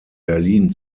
berlin